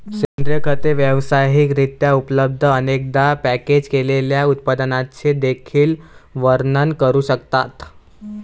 सेंद्रिय खते व्यावसायिक रित्या उपलब्ध, अनेकदा पॅकेज केलेल्या उत्पादनांचे देखील वर्णन करू शकतात